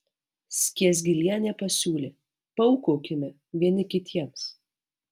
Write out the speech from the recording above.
skiesgilienė pasiūlė paūkaukime vieni kitiems